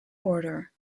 order